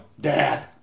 dad